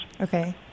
Okay